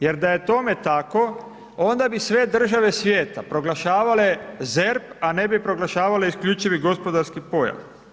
Jer da je tome tako onda bi sve države svijeta proglašavale ZERP a ne bi proglašavale isključivi gospodarski pojas.